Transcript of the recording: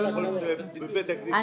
יכול להיות שבבית הגניזה,